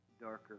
darker